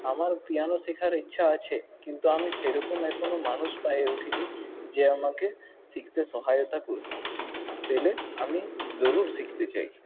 আমার পিয়ানো শেখার ইচ্ছা আছে কিন্তু আমি সেরকম এখনো মানুষ পায়ে উঠিনি যে আমাকে শিখতে সহায়তা করবে পেলে আমি জরুর শিখতে চাই